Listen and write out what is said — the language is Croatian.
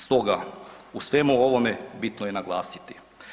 Stoga, u svemu ovome bitno je naglasiti.